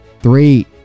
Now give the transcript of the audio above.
three